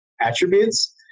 attributes